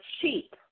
cheap